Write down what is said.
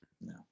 no